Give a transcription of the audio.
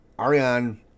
Ariane